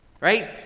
Right